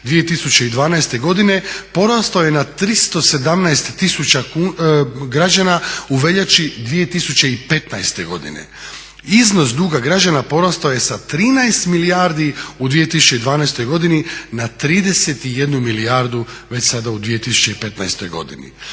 2012. godine porastao na 317 tisuća građana u veljači 2015. godine. Iznos duga građana porastao je sa 13 milijardi u 2012. godini na 31 milijardu već sada u 2015. godini.